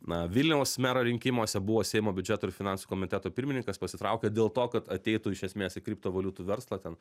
na vilniaus mero rinkimuose buvo seimo biudžeto ir finansų komiteto pirmininkas pasitraukė dėl to kad ateitų iš esmės į kriptovaliutų verslą ten